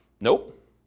Nope